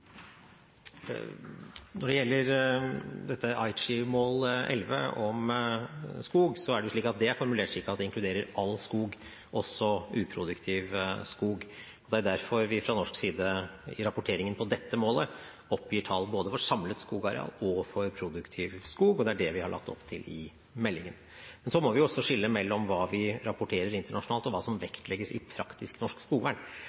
Når det gjelder Aichi-mål 11 om skog, er det formulert slik at det inkluderer all skog, også uproduktiv skog. Det er derfor vi fra norsk side i rapporteringen på dette målet oppgir tall både for samlet skogareal og for produktiv skog, og det er det vi har lagt opp til i meldingen. Men så må vi skille mellom hva vi rapporterer internasjonalt, og hva som vektlegges i praktisk norsk skogvern.